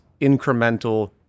incremental